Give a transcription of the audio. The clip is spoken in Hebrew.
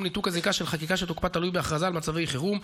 ניתוק הזיקה של חקיקה שתוקפה תלוי בהכרזה על מצב חירום,